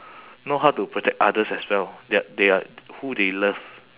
know how to protect others as well they are they are who they love